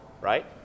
right